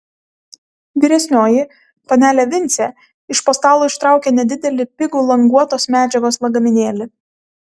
vyresnioji panelė vincė iš po stalo ištraukė nedidelį pigų languotos medžiagos lagaminėlį